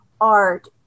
art